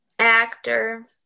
Actor